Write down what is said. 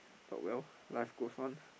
but well life goes on